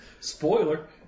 Spoiler